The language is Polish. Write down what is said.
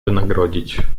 wynagrodzić